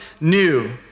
new